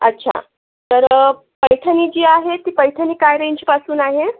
अच्छा तर पैठणी जी आहे ती पैठणी काय रेंजपासून आहे